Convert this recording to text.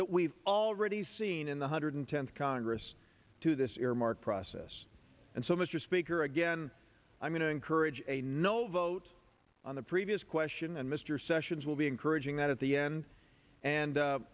that we've already seen in the hundred tenth congress to this earmark process and so mr speaker again i'm going to encourage a no vote on the previous question and mr sessions will be encouraging that at the end and